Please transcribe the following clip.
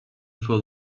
for